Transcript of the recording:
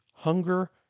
Hunger